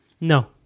no